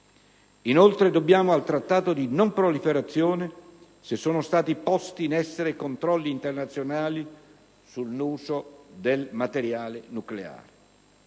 Inoltre, dobbiamo al Trattato di non proliferazione se sono stati posti in essere controlli internazionali sull'uso del materiale nucleare.